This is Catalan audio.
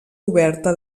oberta